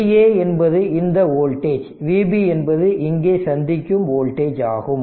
Va என்பது இந்த voltage Vb என்பது இங்கே சந்திக்கும் வோல்டேஜ் ஆகும்